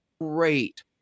great